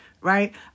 Right